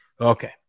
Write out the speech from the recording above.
Okay